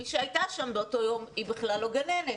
מי שהייתה שם באותו יום היא בכלל לא גננת.